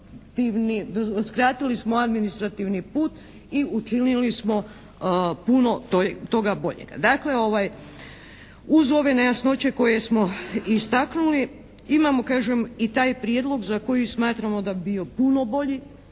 skratili smo administrativni put i učinili smo puno toga boljega. Dakle, uz ove nejasnoće koje smo istaknuli imamo kažem i taj prijedlog za koji smatramo da bi bio puno bolji,